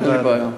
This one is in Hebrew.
אין בעיה.